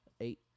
Eight